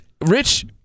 Rich